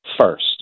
first